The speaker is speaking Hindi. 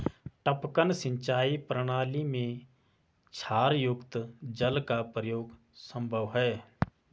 टपकन सिंचाई प्रणाली में क्षारयुक्त जल का प्रयोग संभव है